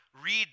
read